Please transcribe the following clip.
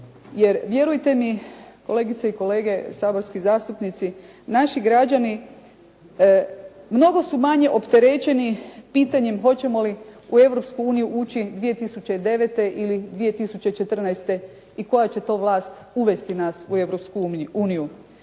jer vjerujte mi kolegice i kolege saborski zastupnici, naši građani mnogo su manje opterećeni pitanjem hoćemo li u Europsku uniju ući 2009. ili 2014. i koja će to vlast uvesti nas u